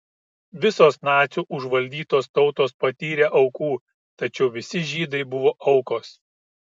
visos nacių užvaldytos tautos patyrė aukų tačiau visi žydai buvo aukos